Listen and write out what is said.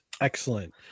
excellent